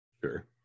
Sure